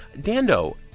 Dando